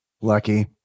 Lucky